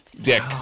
Dick